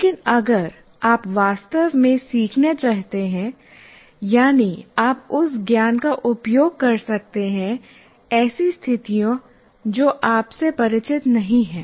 लेकिन अगर आप वास्तव में सीखना चाहते हैं यानी आप उस ज्ञान का उपयोग कर सकते हैं ऐसी स्थितियां जो आपसे परिचित नहीं हैं